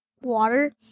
water